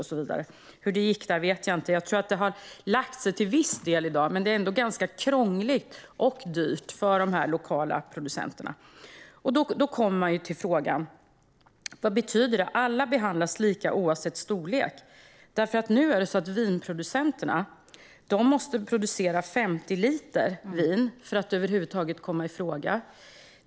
Jag vet inte hur det gick; jag tror att det till viss del har lagt sig i dag. Men det är ändå ganska krångligt och dyrt för de lokala producenterna. Då kommer man till frågan: Vad betyder det att alla behandlas lika oavsett storlek? Nu är det ju så att vinproducenterna måste producera 50 liter vin för att över huvud taget komma i fråga.